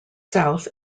south